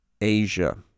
Asia